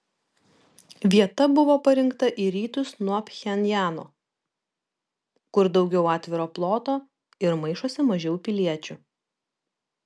vieta buvo parinkta į rytus nuo pchenjano kur daugiau atviro ploto ir maišosi mažiau piliečių